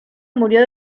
murió